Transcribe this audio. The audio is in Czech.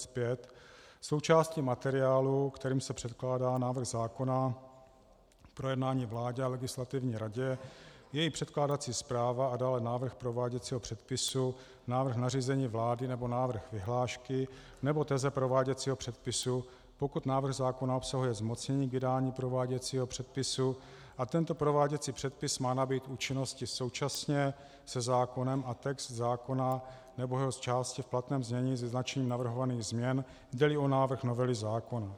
5: Součástí materiálu, kterým se předkládá návrh zákona k projednání vládě a Legislativní radě, je i předkládací zpráva a dále návrh prováděcího předpisu, návrh nařízení vlády nebo návrh vyhlášky nebo teze prováděcího předpisu, pokud návrh zákona obsahuje zmocnění k vydání prováděcího předpisu a tento prováděcí předpis má nabýt účinnosti současně se zákonem, a text zákona nebo jeho části v platném znění s vyznačením navrhovaných změn, jdeli o návrh novely zákona.